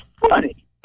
funny